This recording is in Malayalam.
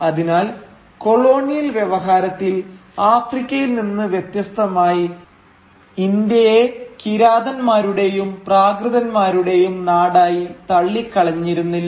അതിനാൽ കൊളോണിയൽ വ്യവഹാരത്തിൽ ആഫ്രിക്കയിൽ നിന്ന് വ്യത്യസ്തമായി ഇന്ത്യയെ കിരാതൻമാരുടെയും പ്രാകൃതന്മാരുടെയും നാടായി തള്ളിക്കളഞ്ഞിരുന്നില്ല